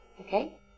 Okay